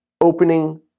opening